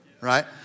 right